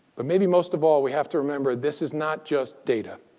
but maybe, most of all, we have to remember, this is not just data.